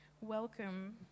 welcome